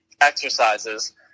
exercises